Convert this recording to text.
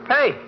Hey